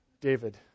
David